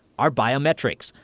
our biometrics.